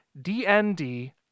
DND